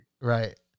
Right